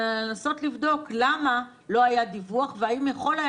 אלא לנסות לבדוק למה לא היה דיווח והאם יכול היה